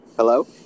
Hello